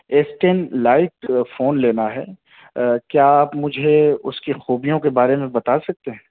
S ten lite phone لینا ہے کیا آپ مجھے اس کی خوبیوں کے بارے بتا سکتے ہیں